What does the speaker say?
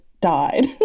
died